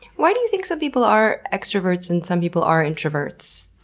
why do you think some people are extroverts and some people are introverts?